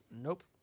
Nope